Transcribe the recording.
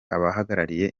abahagarariye